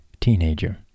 teenager